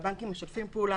והבנקים משתפים פעולה,